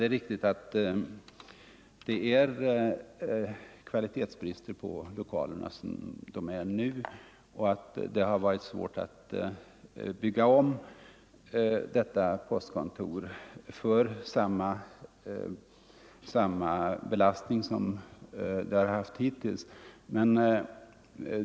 Fru talman! Det är riktigt att lokalerna nu har kvalitetsbrister, och det har varit svårt att bygga om detta postkontor om det skall ha samma belastning som hittills.